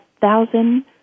thousand